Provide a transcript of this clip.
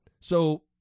So-